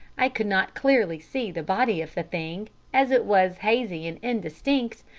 i could not clearly see the body of the thing, as it was hazy and indistinct,